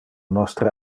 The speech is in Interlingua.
nostre